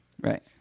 Right